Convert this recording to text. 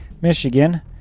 Michigan